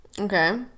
okay